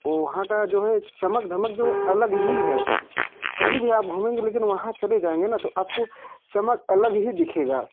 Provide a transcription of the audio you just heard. और वहाँ जो है का चमक धमक जो है अलग ही है कहीं भी आप घूमेंगे लेकिन वहाँ चले जाएँगे ना तो आपको चमक अलग ही दिखेगा